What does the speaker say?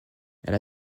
elle